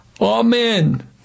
Amen